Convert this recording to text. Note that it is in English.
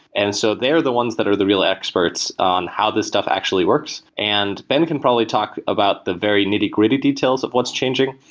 and so they're the ones that are the real experts on how this stuff actually works, and ben can probably talk about the very nitty-gritty details of what's changing.